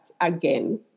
again